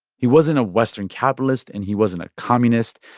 he wasn't a western capitalist, and he wasn't a communist.